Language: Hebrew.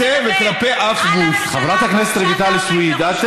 חברת הכנסת רויטל סויד.